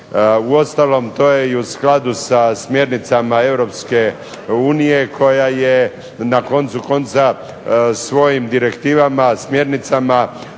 Uostalom, to je i u skladu sa smjernicama Europske unije koja je na koncu konca svojim direktivama, smjernicama